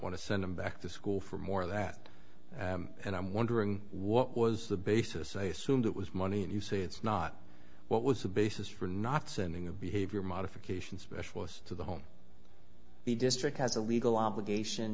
want to send him back to school for more of that and i'm wondering what was the basis i assumed it was money and you say it's not what was the basis for not sending a behavior modification specialist to the home the district has a legal obligation